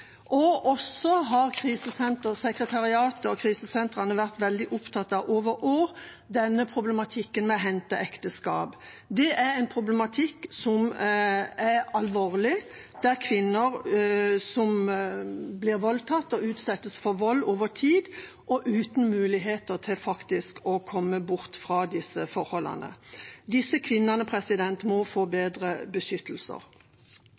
og krisesentrene har over år vært veldig opptatt av problematikken med henteekteskap. Det er en problematikk som er alvorlig, der kvinner som blir voldtatt og utsettes for vold over tid, er uten muligheter til å komme bort fra disse forholdene. Disse kvinnene må få